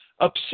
upset